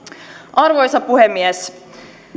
arvoisa puhemies